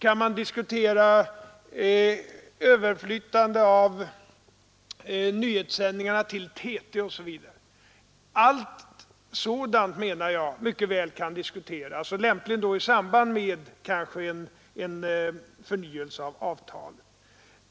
Kan man diskutera överflyttande av nyhetssändningarna till TT? Allt sådant menar jag mycket väl kan diskuteras, lämpligen kanske då i samband med en förnyelse av avtalet.